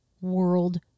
world